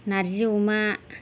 नारजि अमा